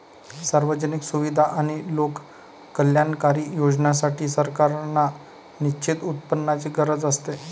सार्वजनिक सुविधा आणि लोककल्याणकारी योजनांसाठी, सरकारांना निश्चित उत्पन्नाची गरज असते